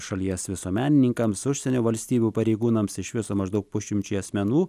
šalies visuomenininkams užsienio valstybių pareigūnams iš viso maždaug pusšimčiui asmenų